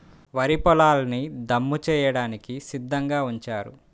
వరి పొలాల్ని దమ్ము చేయడానికి సిద్ధంగా ఉంచారు